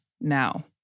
now